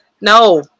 no